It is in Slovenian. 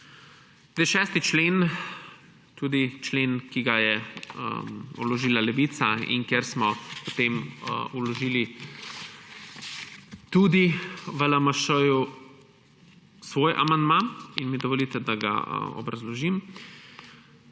6. člen tudi člen, ki ga je vložila Levica in ker smo s tem vložili tudi v LMŠ svoj amandma, mi dovolite, da ga obrazložim.